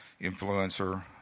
influencer